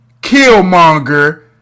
Killmonger